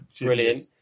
brilliant